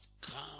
come